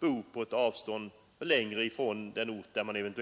bo på ett längre avstånd från den ort där man arbetar.